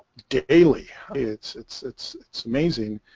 daily it's it's it's it's amazing